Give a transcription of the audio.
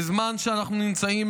בזמן שאנחנו נמצאים